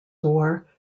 war